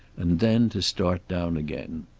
and then to start down again.